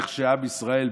איך שעם ישראל,